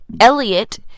Elliot